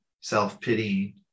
self-pitying